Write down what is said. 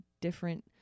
different